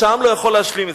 שהעם לא יכול להשלים אתו.